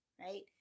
right